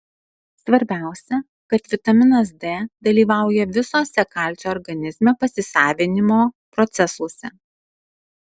svarbiausia kad vitaminas d dalyvauja visuose kalcio organizme pasisavinimo procesuose